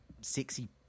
sexy